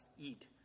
eat